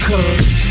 Cause